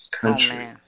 country